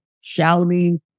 shouting